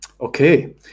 Okay